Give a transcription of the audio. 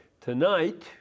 Tonight